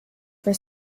for